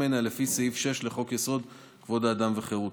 ממנה לפי סעיף 6 לחוק-יסוד: כבוד האדם וחירותו.